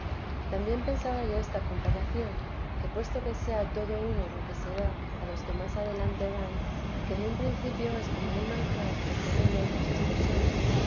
también pensaba yo esta comparación que puesto que sea todo uno lo que se da a los que más adelante van que en el principio es como un manjar que comen del muchas personas